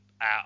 out